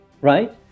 right